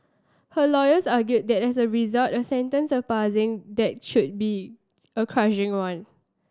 her lawyers argued that as a result a sentence surpassing that should be a crushing one